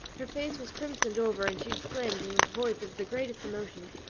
her face was crimsoned over, and she exclaimed, in a voice of the greatest emotion,